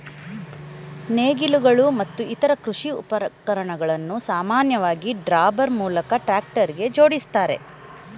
ನೇಗಿಲುಗಳು ಮತ್ತು ಇತರ ಕೃಷಿ ಉಪಕರಣಗಳನ್ನು ಸಾಮಾನ್ಯವಾಗಿ ಡ್ರಾಬಾರ್ ಮೂಲಕ ಟ್ರಾಕ್ಟರ್ಗೆ ಜೋಡಿಸ್ತಾರೆ